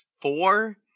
four